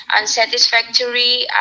unsatisfactory